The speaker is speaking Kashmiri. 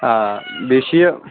آ بیٚیہِ چھُ یہِ